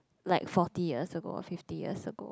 like forty years ago fifty years ago